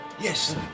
Yes